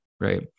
right